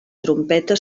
trompeta